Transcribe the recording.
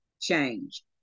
change